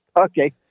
Okay